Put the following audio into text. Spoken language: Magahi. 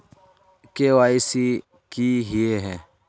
के.वाई.सी की हिये है?